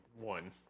One